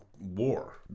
war